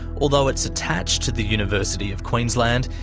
although it's attached to the university of queensland,